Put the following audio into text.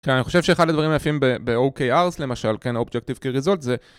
כן, אני חושב שאחד הדברים היפים בOKRs למשל, כן, objective key resault זה...